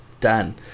Done